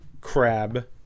crab